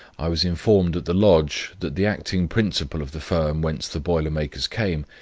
i was informed at the lodge, that the acting principal of the firm, whence the boiler makers came,